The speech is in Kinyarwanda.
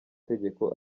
tegeko